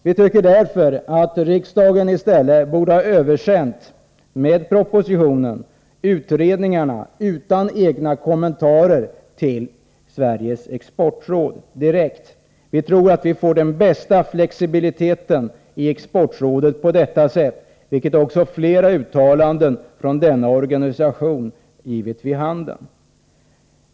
Vi tycker att riksdagen i stället till Sveriges exportråd med propositionen borde ha översänt utredningarna utan egna kommentarer. Vi tror att vi på det sättet får den bästa flexibiliteten i Exportrådet, vilket också flera uttalanden från denna organisation givit vid handen.